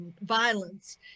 Violence